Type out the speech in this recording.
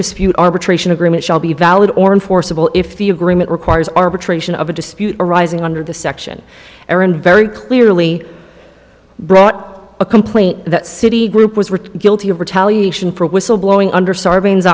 dispute arbitration agreement shall be valid or enforceable if the agreement requires arbitration of a dispute arising under the section aaron very clearly brought a complaint that citi group was rigged guilty of retaliation for whistle blowing under sarbanes